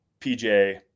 PJ